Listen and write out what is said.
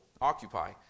occupy